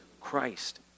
Christ